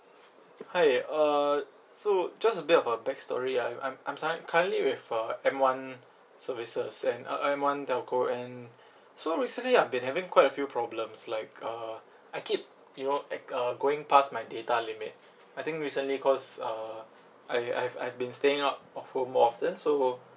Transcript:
hi err so just a bit of a backstory I I'm I'm signing currently we have a M one services and uh M one telco and so recently I've been having quite a few problems like uh I keep you know act~ err going past my data limit I think recently cause uh I I've I've been staying up of~ uh more often so